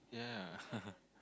yeah